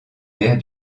mère